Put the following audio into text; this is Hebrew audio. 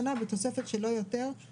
לאפשר לו לבחור לאיזה בית חולים